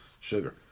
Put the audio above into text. sugar